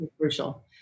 crucial